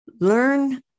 Learn